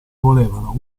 volevano